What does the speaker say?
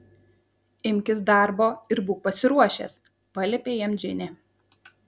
imkis darbo ir būk pasiruošęs paliepė jam džinė